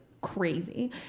crazy